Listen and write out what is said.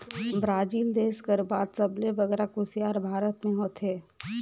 Brazil देस कर बाद सबले बगरा कुसियार भारत में होथे